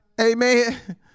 amen